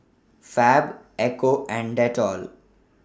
Fab Ecco and Dettol